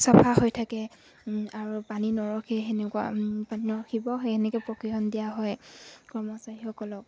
চাফা হৈ থাকে আৰু পানী নৰখি সেনেকুৱা পানী নৰখিব সেই সেনেকে প্ৰশিক্ষণ দিয়া হয় কৰ্মচাৰীসকলক